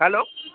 hello